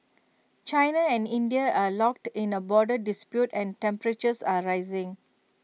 China and India are locked in A border dispute and temperatures are rising